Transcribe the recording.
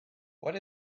what